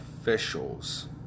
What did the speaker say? officials